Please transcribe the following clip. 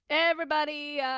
everybody.